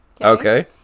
okay